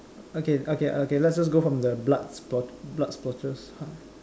okay okay okay let's just go from the blood splo~ blood splotches uh